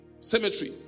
Cemetery